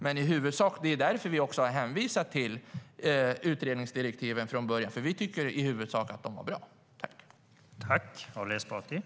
Det är också därför vi har hänvisat till utredningsdirektiven från början, för vi tycker att de i huvudsak är bra.